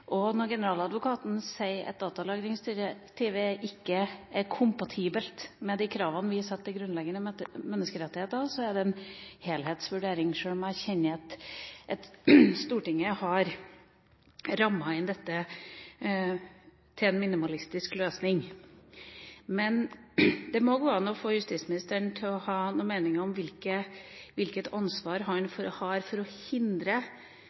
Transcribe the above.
Og når generaladvokaten sier at datalagringsdirektivet ikke er «kompatibelt» med de kravene vi setter til grunnleggende menneskerettigheter, er det en helhetsvurdering, sjøl om jeg mener at Stortinget har rammet inn dette til en minimumsløsning. Men det må gå an å få justisministeren til å ha noen meninger om hvilket ansvar han har for å hindre